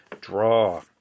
Draw